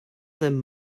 them